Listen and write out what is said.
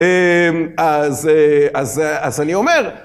‫אז אני אומר...